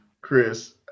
Chris